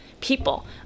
people